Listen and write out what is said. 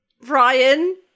Ryan